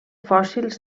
fòssils